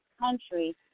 country